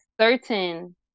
certain